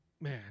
man